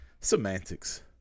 Semantics